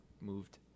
moved